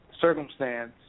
Circumstance